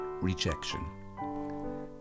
rejection